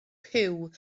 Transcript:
puw